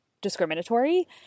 discriminatory